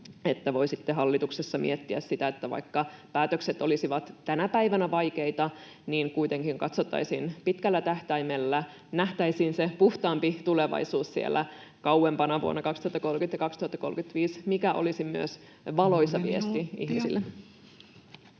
voisitte hallituksessa miettiä sitä, että vaikka päätökset olisivat tänä päivänä vaikeita, niin kuitenkin katsottaisiin pitkällä tähtäimellä, nähtäisiin se puhtaampi tulevaisuus siellä kauempana, vuonna 2030 ja 2035, [Puhemies: Kolme minuuttia!] mikä olisi myös valoisa viesti ihmisille.